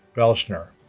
belschner